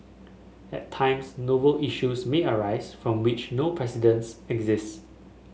at times novel issues may arise from which no precedents exist